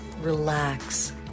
Relax